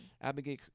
abigail